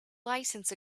license